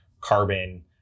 carbon